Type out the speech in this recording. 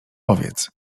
powiedz